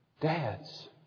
Dads